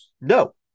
No